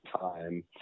time